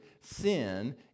sin